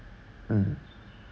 uh